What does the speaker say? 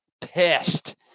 pissed